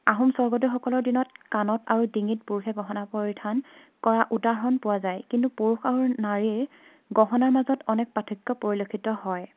আহোম স্বৰ্গদেউসকলৰ দিনত কাণত আৰু ডিঙিত পুৰুষে গহনা পৰিধান কৰা উদাহৰণ পোৱা যায় কিন্তু পুৰুষ আৰু নাৰীৰ গহনাৰ মাজত অনেক পাৰ্থক্য পৰিলক্ষিত হয়